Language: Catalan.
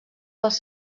pels